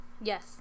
yes